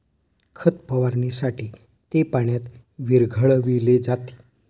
खत फवारणीसाठी ते पाण्यात विरघळविले जाते